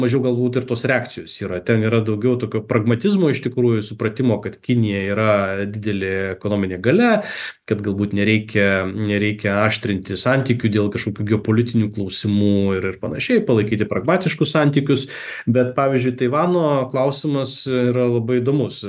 mažiau galbūt ir tos reakcijos yra ten yra daugiau tokio pragmatizmo iš tikrųjų supratimo kad kinija yra didelė ekonominė galia kad galbūt nereikia nereikia aštrinti santykių dėl kažkokių geopolitinių klausimų ir ir panašiai palaikyti pragmatiškus santykius bet pavyzdžiui taivano klausimas yra labai įdomus